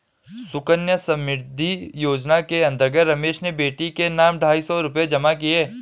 सुकन्या समृद्धि योजना के अंतर्गत रमेश ने बेटी के नाम ढाई सौ रूपए जमा किए